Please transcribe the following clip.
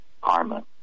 karma